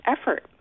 effort